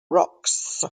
rocks